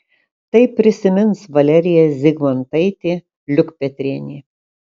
tai prisimins valerija zigmantaitė liukpetrienė